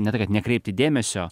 ne tai kad nekreipti dėmesio